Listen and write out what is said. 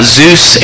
Zeus